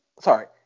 sorry